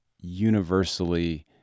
universally